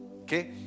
Okay